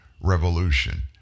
revolution